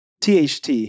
THT